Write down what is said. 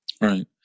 Right